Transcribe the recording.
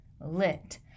lit